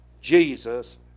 Jesus